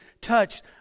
touched